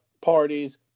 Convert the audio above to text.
parties